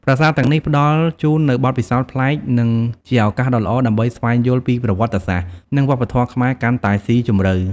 ប្រាសាទទាំងនេះផ្តល់ជូននូវបទពិសោធន៍ប្លែក និងជាឱកាសដ៏ល្អដើម្បីស្វែងយល់ពីប្រវត្តិសាស្ត្រ និងវប្បធម៌ខ្មែរកាន់តែស៊ីជម្រៅ។